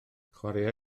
chwaraea